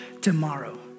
tomorrow